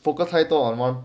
focus 太多 on one